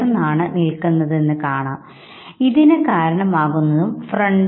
പക്ഷേ വൈകാരിക പ്രകടനങ്ങളുടെ കാര്യത്തിൽ സാംസ്കാരികമായ അവസ്ഥകൾ നിയന്ത്രണം ചെലുത്തുന്നുണ്ട്